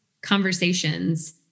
conversations